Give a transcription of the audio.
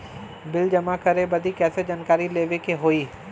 Bill जमा करे बदी कैसे जानकारी लेवे के होई?